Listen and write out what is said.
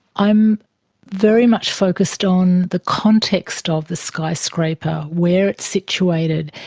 i'm very much focused on the context of the skyscraper, where it's situated.